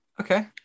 okay